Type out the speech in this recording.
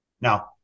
Now